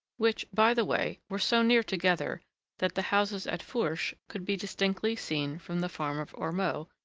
which, by the way, were so near together that the houses at fourche could be distinctly seen from the farm of ormeaux,